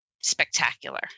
spectacular